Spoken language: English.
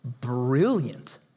brilliant